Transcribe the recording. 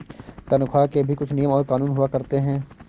तन्ख्वाह के भी कुछ नियम और कानून हुआ करते हैं